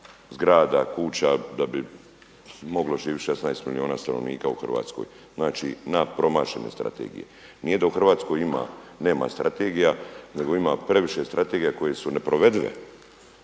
zgrada, kuća da bi moglo živjeti 16 milijuna stanovnika u Hrvatskoj. Znači, na promašene strategije. Nije da u Hrvatskoj nema strategija nego ima previše strategija koje su neprovedive.